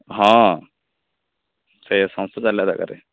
ହଁ ସେ ଯାଗାରେ